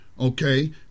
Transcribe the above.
Okay